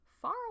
Far